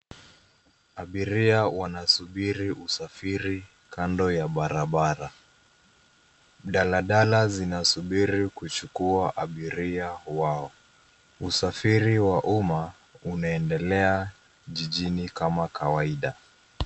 Abiria wanasubiri usafiri kando ya barabara. Mdaladala zinasubiri kuchukua abiria wao. Usafiri wa umma unaendelea jijini kama kawaida.